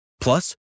Plus